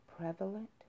prevalent